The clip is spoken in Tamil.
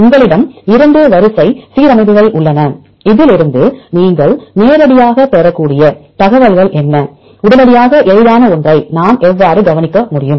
உங்களிடம் இரண்டு வரிசை சீரமைவுகள் உள்ளன அதில் இருந்து நீங்கள் நேரடியாக பெறக்கூடிய தகவல்கள் என்ன உடனடியாக எளிதான ஒன்றை நாம் எவ்வாறு கவனிக்க முடியும்